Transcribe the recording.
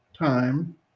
time